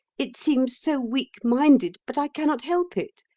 it seems so weak-minded, but i cannot help it.